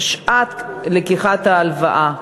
בשעת לקיחת ההלוואה.